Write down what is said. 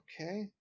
Okay